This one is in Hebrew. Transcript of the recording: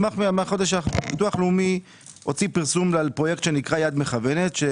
מהחודש האחרון ביטוח לאומי הוציא פרסום על פרויקט יד מכוונת,